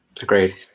Agreed